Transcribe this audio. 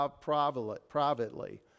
privately